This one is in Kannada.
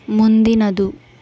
ಮುಂದಿನದು